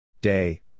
Day